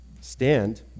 stand